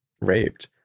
raped